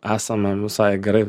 esame visai gerai